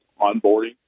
onboarding